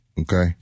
Okay